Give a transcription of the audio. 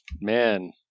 man